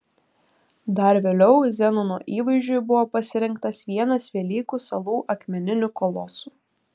dar vėliau zenono įvaizdžiui buvo pasirinktas vienas velykų salų akmeninių kolosų